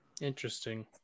Interesting